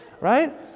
right